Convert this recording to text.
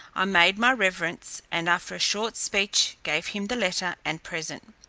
i made my reverence, and, after a short speech, gave him the letter and present.